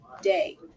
day